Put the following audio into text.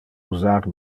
usar